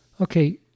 Okay